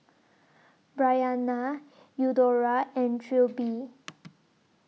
Bryanna Eudora and Trilby